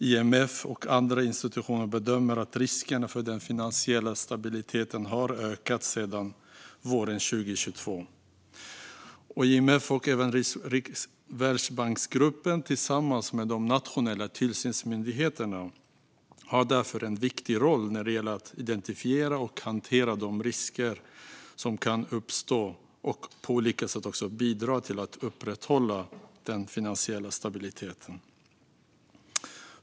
IMF och andra institutioner bedömer att riskerna för den finansiella stabiliteten har ökat sedan våren 2022. IMF och Världsbanksgruppen har därför tillsammans med de nationella tillsynsmyndigheterna en viktig roll när det gäller att identifiera och hantera de risker som kan uppstå och på olika sätt bidra till att upprätthålla den finansiella stabiliteten.